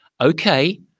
Okay